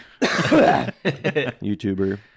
YouTuber